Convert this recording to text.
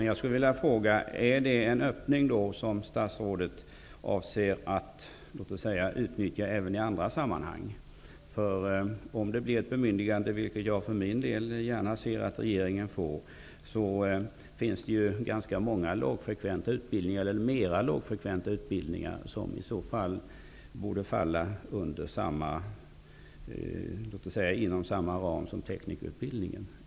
Jag skulle vilja fråga: Är det en öppning som statsrådet avser att utnyttja även i andra sammanhang? Jag för min del ser gärna att regeringen får ett bemyndigande. Det finns ganska många mer lågfrekventa utbildningar som i så fall borde falla inom samma ram som teknikerutbildningen.